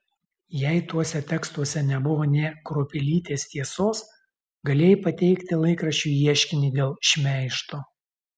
jei tuose tekstuose nebuvo nė kruopelytės tiesos galėjai pateikti laikraščiui ieškinį dėl šmeižto